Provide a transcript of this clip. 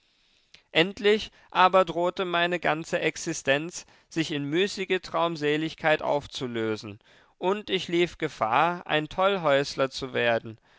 endlich aber drohete meine ganze existenz sich in müßige traumseligkeit aufzulösen und ich lief gefahr ein tollhäusler zu werden